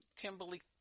Kimberly